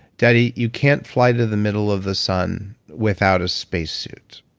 daddy, you can't fly to the middle of the sun without a space suit.